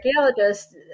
archaeologists